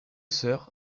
sœurs